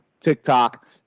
TikTok